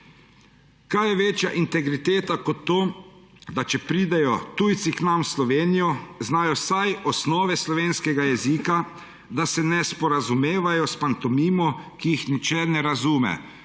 Kaj je večja integriteta kot to, da če pridejo tujci k nam v Slovenijo, znajo vsaj osnove slovenskega jezika, da se ne sporazumevajo s pantomimo, ker jih nihče ne razume.